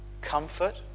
comfort